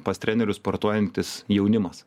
pas trenerius sportuojantis jaunimas